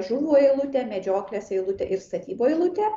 žuvų eilutė medžioklės eilutė ir statybų eilutė